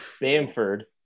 Bamford